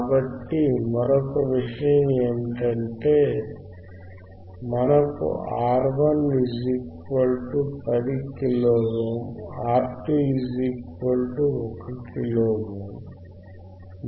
కాబట్టి మరొక విషయం ఏమిటంటే మనకు R1 10 kilo ohm R2 1 kilo ohm